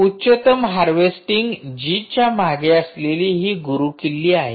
उच्चतम हार्वेस्टिंग जीच्या मागे असलेली ही गुरुकिल्ली आहे